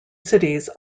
cities